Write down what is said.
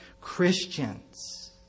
Christians